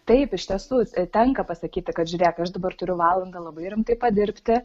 taip iš tiesų tenka pasakyti kad žiūrėk aš dabar turiu valandą labai rimtai padirbti